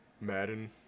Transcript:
Madden